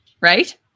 right